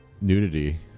nudity